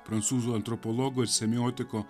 prancūzų antropologo semiotiko